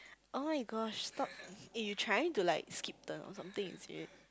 [oh]-my-gosh stop eh you trying to like skip turn or something is it